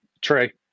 Trey